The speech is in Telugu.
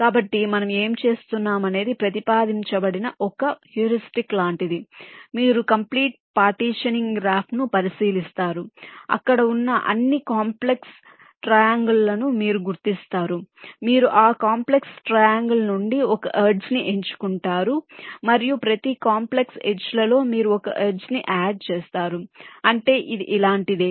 కాబట్టి మనము ఏమి చేస్తున్నామనేది ప్రతిపాదించబడిన ఒక హ్యూరిస్టిక్ లాంటిది మీరు కంప్లీట్ పార్టీషనింగ్ గ్రాఫ్ను పరిశీలిస్తారు అక్కడ ఉన్న అన్ని కాంప్లెక్స్ ట్రయాంగల్ లను మీరు గుర్తిస్తారు మీరు ఆ కాంప్లెక్స్ ట్రయాంగల్ నుండి ఒక ఎడ్జ్ ని ఎంచుకుంటారు మరియు ప్రతి కాంప్లెక్స్ ఎడ్జ్ ల లో మీరు ఒక ఎడ్జ్ ని యాడ్ చేస్తారు అంటే ఇది ఇలాంటిదే